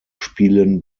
spielen